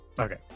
Okay